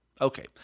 Okay